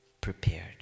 prepared